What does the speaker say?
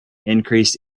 increased